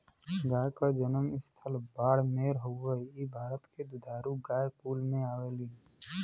गाय क जनम स्थल बाड़मेर हउवे इ भारत के दुधारू गाय कुल में आवलीन